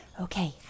Okay